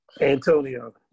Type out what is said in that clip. Antonio